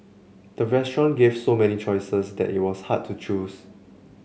the restaurant gave so many choices that it was hard to choose